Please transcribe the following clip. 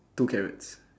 two carrots